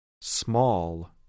Small